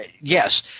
yes